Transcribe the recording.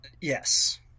Yes